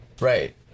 Right